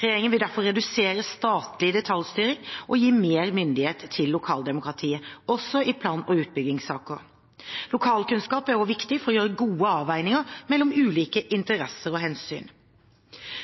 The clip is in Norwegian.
Regjeringen vil derfor redusere statlig detaljstyring og gi mer myndighet til lokaldemokratiet, også i plan- og utbyggingssaker. Lokalkunnskap er også viktig for å gjøre gode avveininger mellom ulike interesser og hensyn.